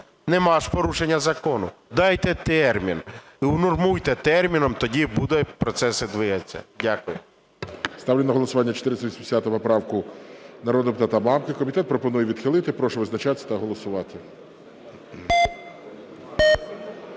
нема ж порушення закону. Дайте термін і унормуйте терміном, тоді будуть процеси двигатися. Дякую. ГОЛОВУЮЧИЙ. Ставлю на голосування 480 поправку народного депутата Мамки. Комітет пропонує відхилити. Прошу визначатись та голосувати.